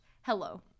Hello